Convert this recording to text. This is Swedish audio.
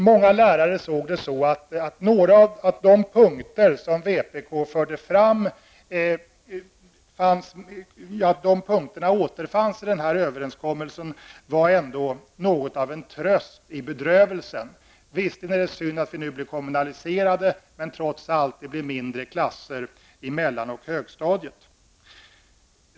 Många lärare ansåg att det faktum att de punkter som vpk förde fram återfanns i överenskommelsen var något av en tröst i bedrövelsen. De resonerade som så att det visserligen är synd att de blir kommunaliserade, men att det trots allt blir mindre klasser på mellan och högstadiet.